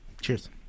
cheers